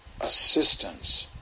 assistance